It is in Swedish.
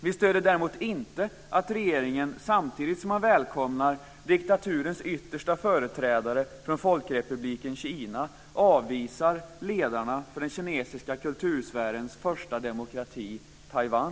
Vi stöder däremot inte att regeringen, samtidigt som man välkomnar diktaturens yttersta företrädare från Folkrepubliken Kina, avvisar ledarna för den kinesiska kultursfärens första demokrati, Taiwan.